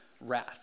wrath